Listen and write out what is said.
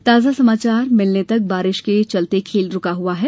ताजा समाचार मिलने तक बारिश के चलते खेल रूका हुआ है